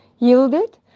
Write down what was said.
yielded